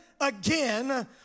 again